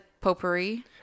potpourri